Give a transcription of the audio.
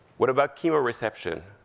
what about chemoreception,